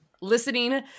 listening